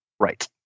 right